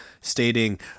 stating